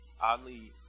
oddly